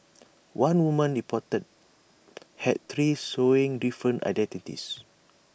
one woman reportedly had three showing different identities